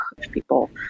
people